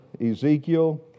Ezekiel